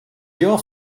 your